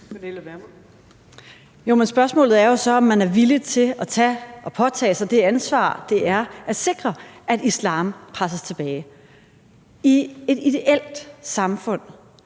Men spørgsmålet er jo så, om man er villig til at tage og påtage sig det ansvar, det er at sikre, at islam presses tilbage. I et ideelt samfund